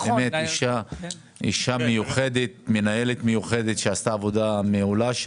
אישה מיוחדת, מנהלת מיוחדת, שעשתה עבודה מעולה.